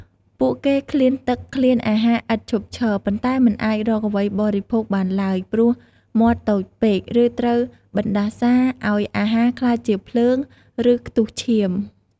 ពួកគេឃ្លានទឹកឃ្លានអាហារឥតឈប់ឈរ ប៉ុន្តែមិនអាចរកអ្វីបរិភោគបានឡើយ ព្រោះមាត់តូចពេក ឬត្រូវបណ្តាសាឲ្យអាហារក្លាយជាភ្លើង ឬខ្ទុះឈាម។